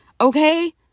okay